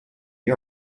you